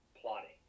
plotting